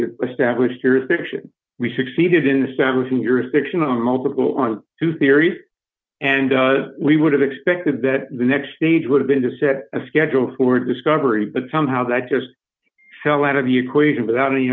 which jurisdiction we succeeded in establishing your section on multiple on two theories and we would have expected that the next stage would have been to set a schedule for discovery but somehow that just fell out of the equation without any